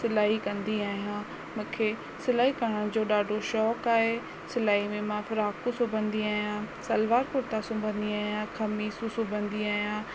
सिलाई कंदी आहियां मूंखे सिलाई करण जो ॾाढो शौंक़ु आहे सिलाई में मां फ्राकू सिबंदी आहियां सलवार कुर्ता सिबंदी आहियां ख़मीस सिबंदी आहियां